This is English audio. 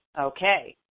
Okay